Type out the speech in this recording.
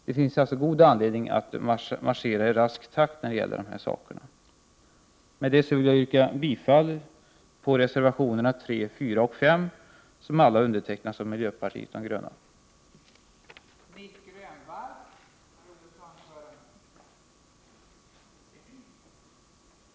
Det finns alltså god anledning att marschera i rask takt i fråga om detta. Med det anförda vill jag yrka bifall till reservationerna 3, 4 och 5 där miljöpartister finns med.